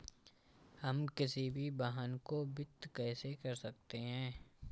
हम किसी भी वाहन को वित्त कैसे कर सकते हैं?